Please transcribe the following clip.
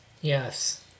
Yes